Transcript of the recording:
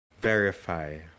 verify